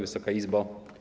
Wysoka Izbo!